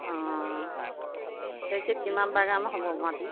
অঁ সেইখিনিত কিমান বাগান হ'ব মাটি